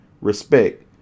respect